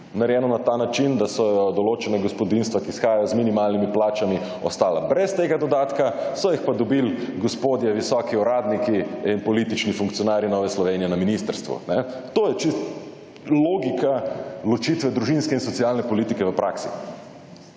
narejeno na ta način, da so jo določena gospodinjstva, ki izhajajo iz minimalnimi plačami ostala brez tega dodatka, so jih pa dobili gospodje visoki uradniki in politični funkcionarji Nove Slovenije na ministrstvu. To je čist logika ločitve družinske in socialne politike v praksi.